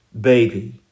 baby